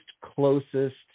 closest